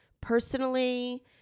personally